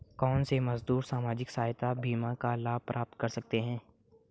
कौनसे मजदूर सामाजिक सहायता बीमा का लाभ प्राप्त कर सकते हैं?